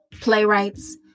playwrights